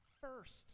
First